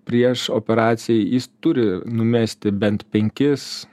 prieš operaciją jis turi numesti bent penkis